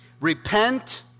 repent